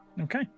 Okay